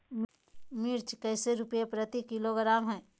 मिर्च कैसे रुपए प्रति किलोग्राम है?